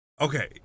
Okay